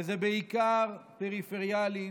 וזה בעיקר פריפריאליים,